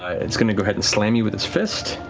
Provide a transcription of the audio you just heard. ah it's going to go ahead and slam you with its fist.